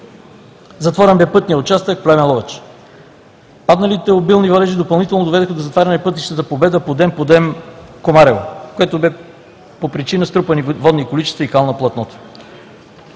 Затворен бе пътният участък Плевен – Ловеч. Падналите обилни валежи допълнително доведоха до затваряне пътищата Победа – Подем, Подем – Комарево, което бе по причина струпани водни количества и кал на платното.